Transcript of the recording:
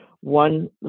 one –